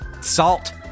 Salt